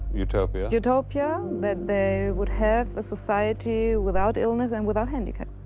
utopia. utopia. that they would have a society without illness and without handicap.